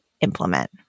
implement